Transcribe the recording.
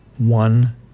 one